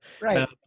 Right